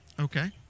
okay